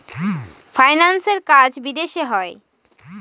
ফাইন্যান্সের কাজ বিদেশে হয়